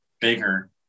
bigger